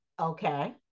okay